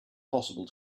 possible